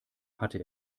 hatte